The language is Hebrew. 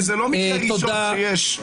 הרי זה לא מקרה ראשון שיש,